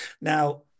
now